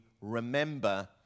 remember